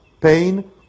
pain